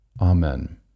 Amen